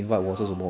ya